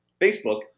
Facebook